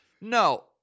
no